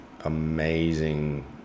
amazing